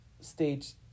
stage